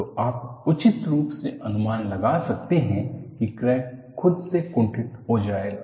तो आप उचित रूप से अनुमान लगा सकते हैं कि क्रैक खुद से कुंठित हो जाएगा